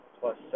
plus